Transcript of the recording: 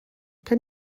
can